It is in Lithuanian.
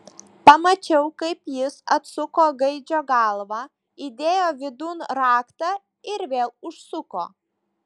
pamačiau kaip jis atsuko gaidžio galvą įdėjo vidun raktą ir vėl užsuko